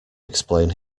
explain